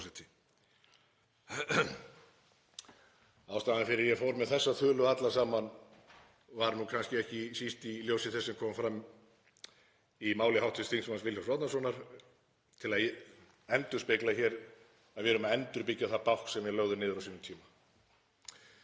Ástæðan fyrir að ég fór með þessa þulu alla saman var kannski ekki síst í ljósi þess sem kom fram í máli hv. þm. Vilhjálms Árnasonar, til að endurspegla hér að við erum að endurbyggja það bákn sem við lögðum niður á sínum tíma.